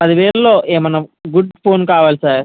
పదివేలులో ఏమైనా good phone కావాలి sir